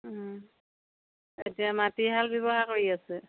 এতিয়া মাটিশাল ব্যৱহাৰ কৰি আছে